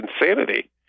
insanity